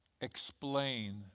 explain